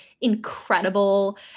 incredible